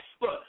look